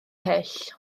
hyll